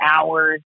hours